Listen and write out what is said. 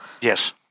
Yes